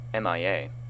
MIA